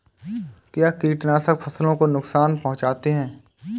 क्या कीटनाशक फसलों को नुकसान पहुँचाते हैं?